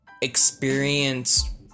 experience